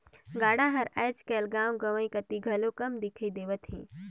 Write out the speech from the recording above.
गाड़ा हर आएज काएल गाँव गंवई कती घलो कम दिखई देवत हे